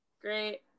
Great